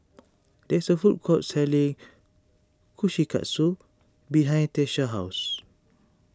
there is a food court selling Kushikatsu behind Tyesha's house